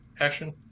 action